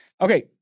Okay